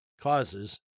causes